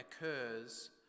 occurs